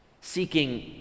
Seeking